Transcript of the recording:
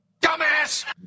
Dumbass